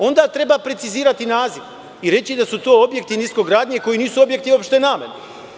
Onda treba precizirati naziv i reći da su to objekti niskogradnje koji nisu objekti opšte namene.